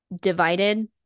divided